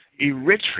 Eritrea